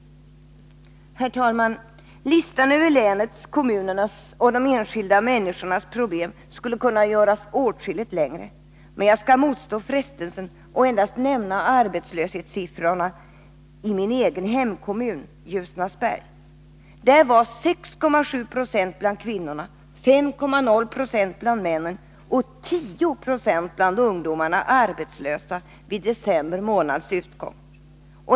Herr talman! Listan över länets, kommunernas och de enskilda människornas problem skulle kunna göras åtskilligt längre. Men jag skall motstå frestelsen och endast nämna arbetslöshetssiffrorna i min egen hemkommun, Ljusnarsberg. Där var 6,7 26 av kvinnorna, 5 20 av männen och 10 96 av ungdomarna arbetslösa vid december månads utgång.